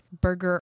burger